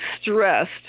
stressed